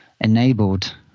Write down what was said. enabled